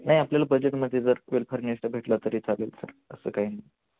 नाही आपल्याला बजेटमध्ये जर वेल फर्निश्ड भेटलं तरी चालेल सर असं काही नाही